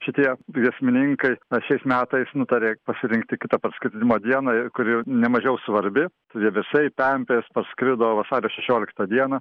šitie giesmininkai šiais metais nutarė pasirinkti kitą parskridimo dieną kuri ne mažiau svarbi vieversiai pempės parskrido vasario šešioliktą dieną